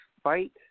Fight